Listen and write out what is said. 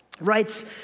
writes